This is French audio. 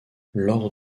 lors